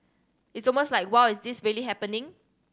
it's almost like wow is this really happening